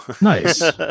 Nice